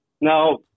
Now